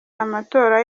amatora